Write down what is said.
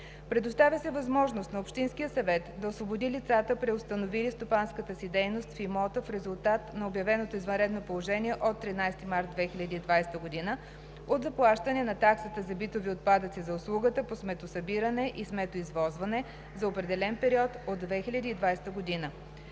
Предоставя се възможност на Общинския съвет да освободи лицата, преустановили стопанската си дейност в имота в резултат на обявеното извънредно положение от 13 март 2020 г. от заплащане на таксите за битови отпадъци за услугата по сметосъбиране и сметоизвозване за определен период от 2020 г.